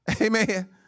Amen